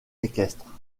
équestre